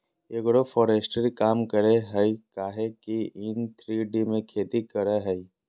agroforestry काम करेय हइ काहे कि इ थ्री डी में खेती करेय हइ